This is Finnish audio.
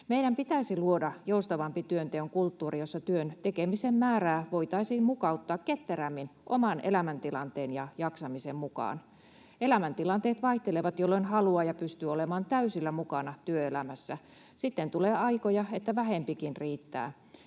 Meidän pitäisi luoda joustavampi työnteon kulttuuri, jossa työn tekemisen määrää voitaisiin mukauttaa ketterämmin oman elämäntilanteen ja jaksamisen mukaan. Elämäntilanteet vaihtelevat, jolloin haluaa ja pystyy olemaan täysillä mukana työelämässä. Sitten tulee aikoja, että vähempikin riittää.